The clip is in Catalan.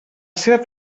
seva